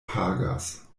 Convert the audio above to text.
pagas